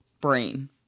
brain